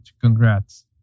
Congrats